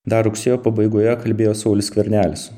dar rugsėjo pabaigoje kalbėjo saulius skvernelis